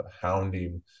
hounding